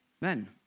men